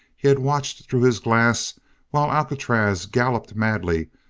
he had watched through his glass while alcatraz galloped madly,